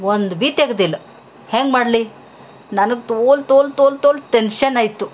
ಒಂದು ಬಿ ತೆಗೆದಿಲ್ಲ ಹೆಂಗೆ ಮಾಡಲಿ ನನಗ ತೋಲ್ ತೋಲ್ ತೋಲ್ ತೋಲ್ ಟೆನ್ಷನ್ ಆಯಿತು